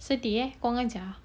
sedih eh kurang ajar